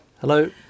Hello